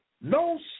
no